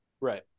Right